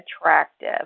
attractive